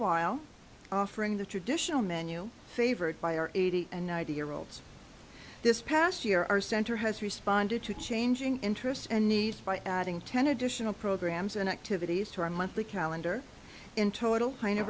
while offering the traditional menu favored by our eighty and ninety year olds this past year our center has responded to changing interests and needs by adding ten additional programs and activities to our monthly calendar in total pain o